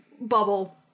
bubble